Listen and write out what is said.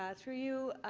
ah through you,